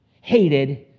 hated